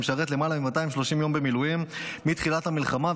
שמשרת למעלה מ-230 יום במילואים מתחילת המלחמה,